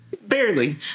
barely